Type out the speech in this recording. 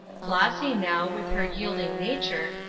flossy, now, with her yielding nature,